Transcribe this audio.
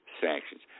sanctions